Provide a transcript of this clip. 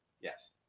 Yes